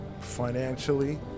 Financially